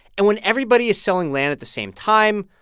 and when everybody is selling land at the same time,